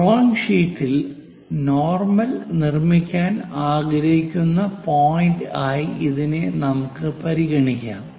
drawing ഷീറ്റിൽ normal നിർമ്മിക്കാൻ ആഗ്രഹിക്കുന്ന പോയിന്റ് ആയി ഇതിനെ നമുക്ക് പരിഗണിക്കാം